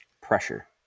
pressure